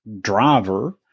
driver